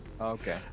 Okay